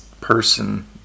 person